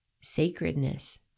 sacredness